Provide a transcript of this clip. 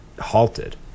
halted